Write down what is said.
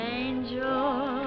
angel